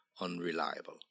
unreliable